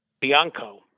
Bianco